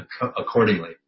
accordingly